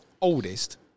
oldest